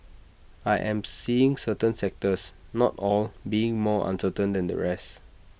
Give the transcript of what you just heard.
I am seeing certain sectors not all being more uncertain than the rest